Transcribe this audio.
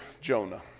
Jonah